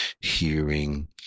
hearing